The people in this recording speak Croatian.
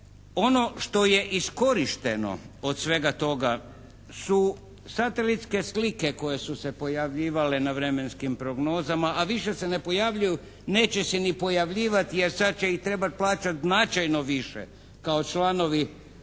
ono što je iskorišteno od svega toga su satelitske slike koje su se pojavljivale na vremenskim prognozama, a više se ne pojavljuju neće se ni pojavljivati jer sad će ih trebati plaćati značajno više kao članovi